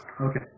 Okay